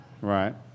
Right